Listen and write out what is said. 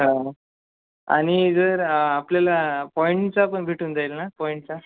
हा आणि जर आपल्याला पॉईंटचापण भेटून जाईल ना पॉईंटचा